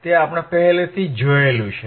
તે આપણે પહેલેથી જ જોયું છે